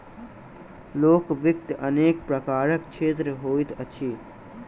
लोक वित्तक अनेक प्रकारक क्षेत्र होइत अछि